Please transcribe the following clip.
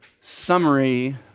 summary